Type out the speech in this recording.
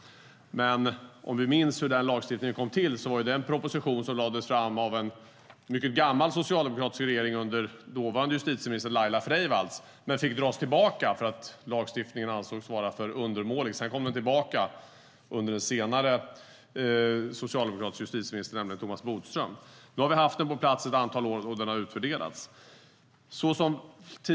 Den lagstiftning vi har på det här området kom till genom en proposition som först lades fram av en mycket gammal socialdemokratisk regering under justitieministern Laila Freivalds, men den fick dras tillbaka eftersom den ansågs för undermålig. Sedan kom förslaget tillbaka under en senare socialdemokratisk justitieminister, nämligen Thomas Bodström. Nu har vi haft denna lagstiftning under ett antal år, och den har utvärderats.